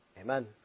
Amen